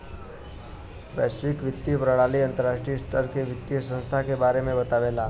वैश्विक वित्तीय प्रणाली अंतर्राष्ट्रीय स्तर के वित्तीय संस्थान के बारे में बतावला